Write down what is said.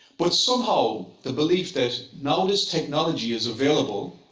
but somehow, the belief that now this technology is available,